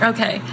Okay